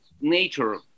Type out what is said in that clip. nature